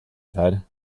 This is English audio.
said